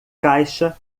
caixa